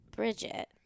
Bridget